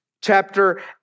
chapter